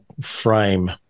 frame